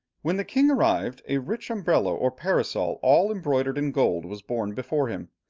when the king arrived, a rich umbrella or parasol all embroidered in gold was borne before him.